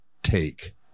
take